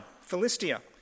Philistia